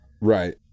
Right